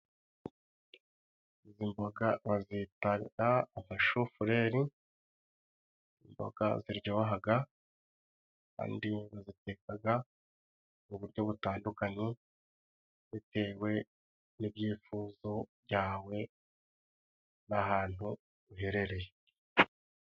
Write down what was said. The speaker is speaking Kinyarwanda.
Izi mboga bazitaga amashofureri: Imboga ziryohaga kandi bazitekaga mu buryo butandukanye, bitewe n'ibyifuzo byawe n'ahantu uherereye.